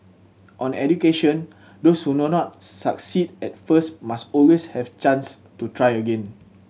on education those who do not succeed at first must always have chance to try again